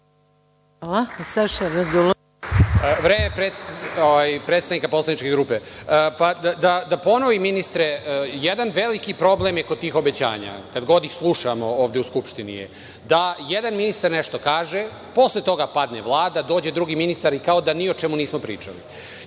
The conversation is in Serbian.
Koristiću vreme predsednika poslaničke grupe. Da ponovim, ministre, jedan veliki problem je kod tih obećanja, kad god ih slušamo ovde u Skupštini, jedan ministar nešto kaže, posle toga padne Vlada, dođe drugi ministar i kao da ni o čemu nismo pričali.